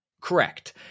correct